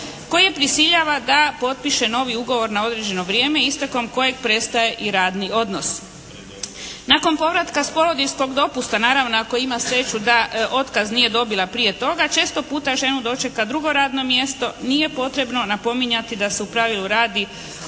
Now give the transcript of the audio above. je prisiljava da potpiše novi ugovor na određeno vrijeme istekom kojeg prestaje i radni odnos. Nakon povratka s porodiljskog dopusta naravno ako ima sreću da otkaz nije dobila prije toga često puta ženu dočeka drugo radno mjesto. Nije potrebno napominjati da se u pravilu radi